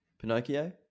pinocchio